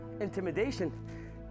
Intimidation